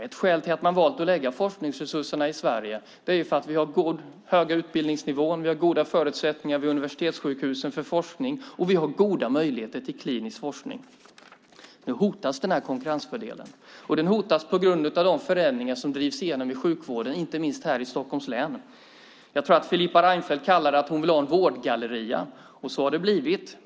Ett skäl till att man har valt att lägga forskningsresurserna i Sverige är att vi har hög utbildningsnivå, goda förutsättningar för forskning vid universitetssjukhusen och goda möjligheter till klinisk forskning. Nu hotas denna konkurrensfördel. Den hotas på grund av de förändringar som drivs igenom i sjukvården, inte minst här i Stockholms län. Jag tror att Filippa Reinfeldt kallade det för att hon ville ha en vårdgalleria, och så har det blivit.